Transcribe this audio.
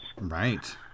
Right